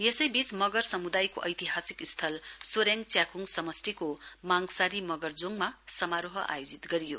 यसैबीच मगर सम्दायको एतिहासिक स्थल सोरेङ च्याख्ङ समष्टिको मागसारी मगरजोङमा समारोह आयोजित गरियो